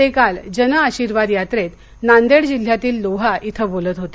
ते काल जन आशीर्वाद यात्रेत नांदेड जिल्ह्यातील लोहा इथं बोलत होते